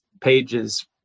pages